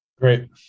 great